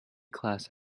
class